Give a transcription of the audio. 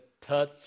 touch